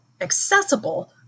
accessible